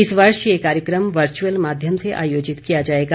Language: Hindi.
इस वर्ष ये कार्यक्रम वर्चुअल माध्यम से आयोजित किया जाएगा